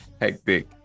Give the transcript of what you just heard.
Hectic